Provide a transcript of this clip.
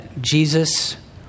Jesus